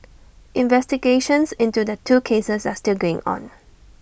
investigations into the two cases are still going on